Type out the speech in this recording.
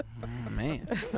Man